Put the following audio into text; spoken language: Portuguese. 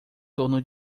torno